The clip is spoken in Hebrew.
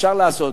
אפשר לעשות.